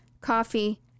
coffee